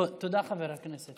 תודה, חבר הכנסת.